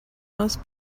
most